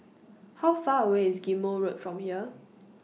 How Far away IS Ghim Moh Road from here